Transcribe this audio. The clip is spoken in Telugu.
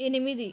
ఎనిమిది